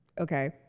okay